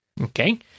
Okay